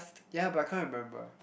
ya but I can't remember